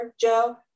Joe